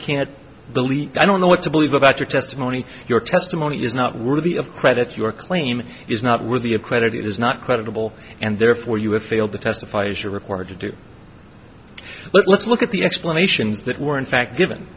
can't believe i don't know what to believe about your testimony your testimony is not worthy of credit your claim is not worthy of credit it is not credible and therefore you have failed to testify as you're required to do let's look at the explanations that were in fact given